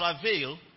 travail